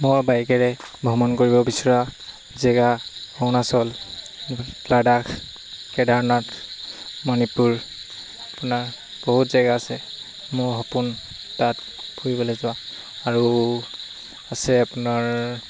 মই বাইকেৰে ভ্ৰমণ কৰিব বিচৰা জেগা অৰুণাচল লাডাখ কেদাৰনাথ মণিপুৰ আপোনাৰ বহুত জেগা আছে মোৰ সপোন তাত ফুৰিবলৈ যোৱা আৰু আছে আপোনাৰ